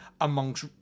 amongst